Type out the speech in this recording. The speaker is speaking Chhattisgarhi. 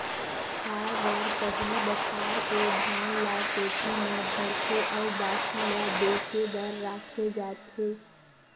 खाए बर पहिली बछार के धान ल कोठी म धरथे अउ बाकी ल बेचे बर राखे जाथे